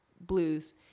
Blues